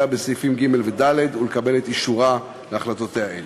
בסעיפים ג' וד' ולקבל את אישורה להחלטותיה אלה.